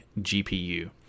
GPU